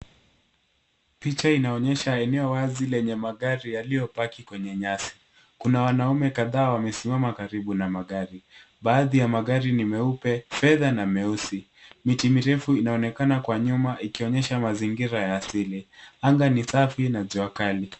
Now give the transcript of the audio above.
Picha inaonyesha eneo wazi lenye magari yaliyopaki kwenye nyasi. Kuna wanaume kadhaa wamesimama karibu na magari. Badhi ya magari ni meupe, fedha, na meusi. Miti mirefu inaonekana kwa nyuma ikionyesha mazingira ya asili. Anga ni safi na jua kali.